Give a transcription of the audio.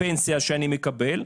פנסיה שאני מקבל.